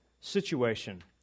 situation